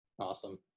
Awesome